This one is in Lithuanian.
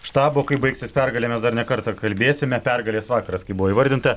štabo kaip baigsis pergalė mes dar ne kartą kalbėsime pergalės vakaras kaip buvo įvardinta